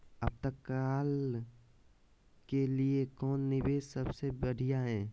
आपातकाल के लिए कौन निवेस सबसे बढ़िया है?